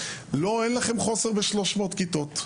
אין לכם חוסר ב-300 כיתות.